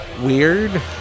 weird